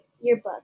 yearbook